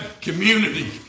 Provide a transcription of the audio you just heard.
community